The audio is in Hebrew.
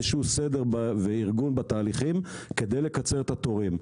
איזה סדר וארגון בתהליכים כדי לקצר את התורים.